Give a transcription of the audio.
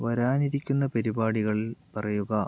വരാനിരിക്കുന്ന പരിപാടികള് പറയുക